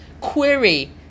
query